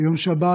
ביום שבת,